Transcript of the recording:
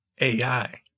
AI